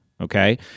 okay